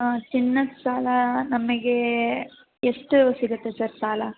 ಹಾಂ ಚಿನ್ನದ ಸಾಲ ನಮಗೆ ಎಷ್ಟು ಸಿಗುತ್ತೆ ಸರ್ ಸಾಲ